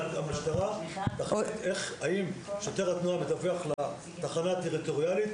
המשטרה תחליט אם שוטר התנועה מדווח לתחנה הטריטוריאלית,